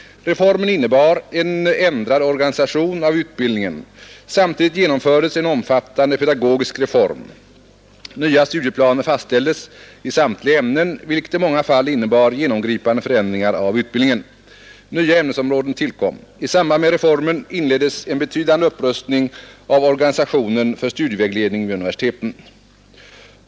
Reformen innebar en ändrad organisation av utbildningen. Samtidigt genomfördes en omfattande pedagogisk reform. Nya studieplaner fastställdes i samtliga ämnen, vilket i många fall innebar genomgripande förändringar av utbildningen. Nya ämnesområden tillkom. I samband med reformen inleddes en betydande upprustning av organisationen för studievägledning vid universiteten.